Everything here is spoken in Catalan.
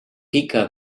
pica